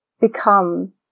become